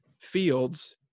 Fields